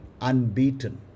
unbeaten